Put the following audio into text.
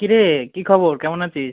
কী রে কী খবর কেমন আছিস